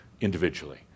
individually